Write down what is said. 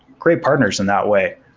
great partners in that way.